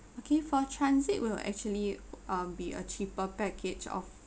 okay for transit will actually uh be a cheaper package of